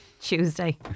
Tuesday